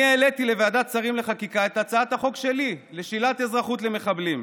אני העליתי לוועדת שרים לחקיקה את הצעת החוק שלי לשלילת אזרחות למחבלים.